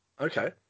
Okay